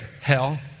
Hell